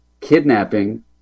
kidnapping